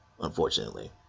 unfortunately